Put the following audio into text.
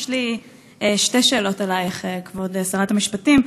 יש לי שתי שאלות אלייך, כבוד שרת המשפטים.